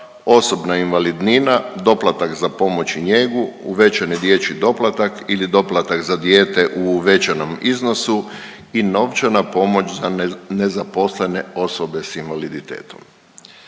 osobna invalidnina, doplatak za pomoć i njegu, uvećani dječji doplatak ili doplatak za dijete u uvećanom iznosu i novčana pomoć za nezaposlene osobe s invaliditetom